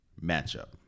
matchup